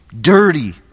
dirty